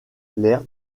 laird